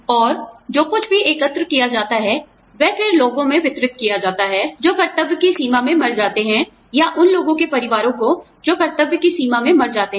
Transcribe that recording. और जो कुछ भी एकत्र किया जाता है वह फिर लोगों में वितरित किया जाता है जो कर्तव्य की सीमा में मर जाते हैं या उन लोगों के परिवारों को जो कर्तव्य की सीमा में मर जाते हैं